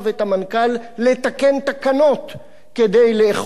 לתקן תקנות כדי לאכוף את החוק הזה.